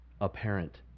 apparent